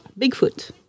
Bigfoot